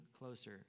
closer